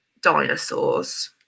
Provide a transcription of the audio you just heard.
dinosaurs